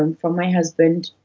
and from my husband,